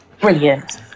brilliant